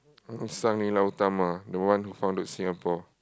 uh Sang Nila Utama the one who founded Singapore